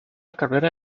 carrera